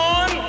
on